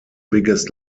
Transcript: biggest